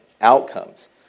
outcomes